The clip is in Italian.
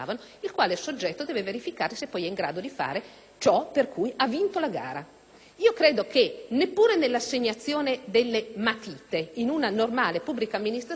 Credo che neppure nell'assegnazione delle matite in una normale pubblica amministrazione si accetterebbe che il fornitore individuato dimostri in seguito di essere in grado di fare non